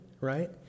right